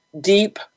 deep